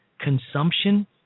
consumption